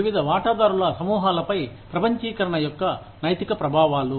వివిధ వాటాదారుల సమూహాలపై ప్రపంచీకరణ యొక్క నైతిక ప్రభావాలు